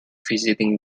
visiting